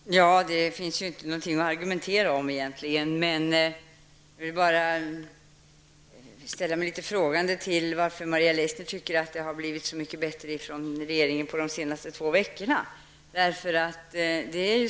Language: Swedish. Herr talman! Det finns egentligen ingenting att argumentera om. Jag vill bara ställa mig litet frågande till att Maria Leissner tycker att det har blivit så mycket bättre från regeringens sida under de senaste två veckorna.